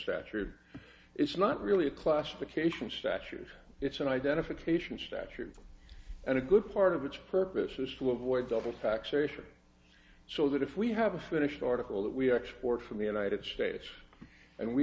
stature is not really a classification statute it's an identification statute and a good part of its purpose is to avoid double taxation so that if we have a finished article that we are export from the united states and we